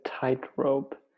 tightrope